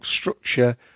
structure